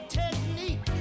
technique